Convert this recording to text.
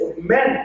men